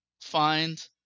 find